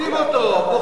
בוחנים אותו,